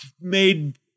made